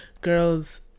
girls